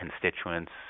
constituents